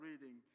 reading